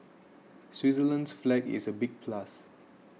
Switzerland's flag is a big plus